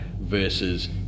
versus